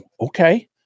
Okay